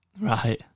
Right